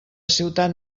ciutat